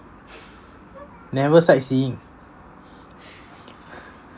never sightseeing